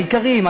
העיקריים,